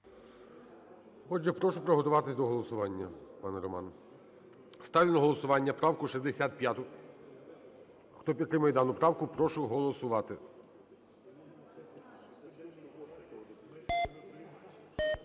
Отже, прошу приготуватись до голосування, пане Роман. Ставлю на голосування правку 65-у. Хто підтримує дану правку, прошу голосувати.